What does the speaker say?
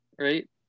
right